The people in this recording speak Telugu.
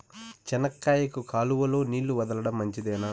చెనక్కాయకు కాలువలో నీళ్లు వదలడం మంచిదేనా?